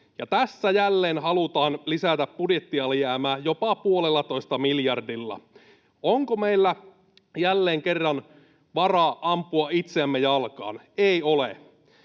tässä jälleen halutaan lisätä budjettialijäämää, jopa puolellatoista miljardilla. Onko meillä jälleen kerran varaa ampua itseämme jalkaan? Ei ole.